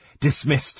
Dismissed